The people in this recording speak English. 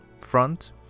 front